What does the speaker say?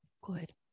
good